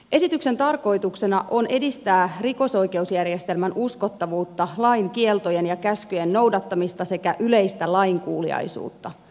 esityksen tarkoituksena on edistää rikosoikeusjärjestelmän uskottavuutta lain kieltojen ja käskyjen noudattamista sekä yleistä lainkuuliaisuutta